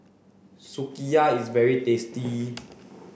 Sukiya is very tasty